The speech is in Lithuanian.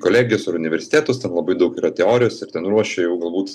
kolegijos ar universitetus tam labai daug yra teorijos ir ten ruošia jau galbūt